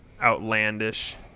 outlandish